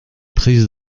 prise